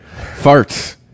Farts